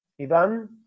Ivan